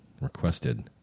Requested